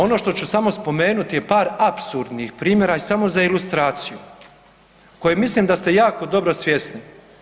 Ono što ću samo spomenuti je par apsurdnih primjera i samo za ilustraciju koje mislim da ste jako dobro svjesni.